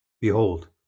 Behold